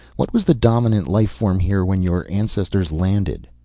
what was the dominant life form here when your ancestors landed?